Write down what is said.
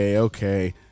Okay